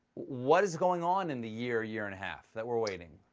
what is going on in the year, year and a half that we're waiting?